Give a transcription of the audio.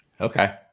Okay